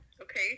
okay